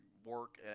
work